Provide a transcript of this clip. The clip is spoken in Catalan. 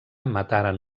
mataren